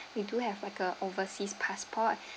we do have like a overseas passport